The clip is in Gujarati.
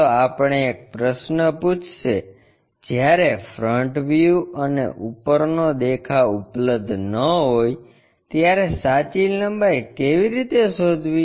ચાલો આપણે એક પ્રશ્ન પૂછો જ્યારે ફ્રન્ટ વ્યૂ અને ઉપરનો દેખાવ ઉપલબ્ધ ન હોય ત્યારે સાચી લંબાઈ કેવી રીતે શોધવી